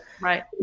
Right